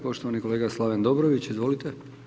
Poštovani kolega Slaven Dobrović izvolite.